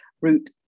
route